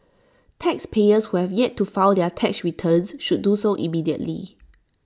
taxpayers who have yet to file their tax returns should do so immediately